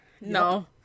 No